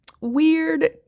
weird